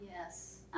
Yes